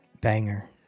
Banger